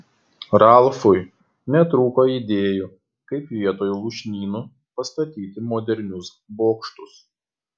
ralfui netrūko idėjų kaip vietoj lūšnynų pastatyti modernius bokštus